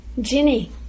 Ginny